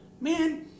man